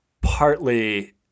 partly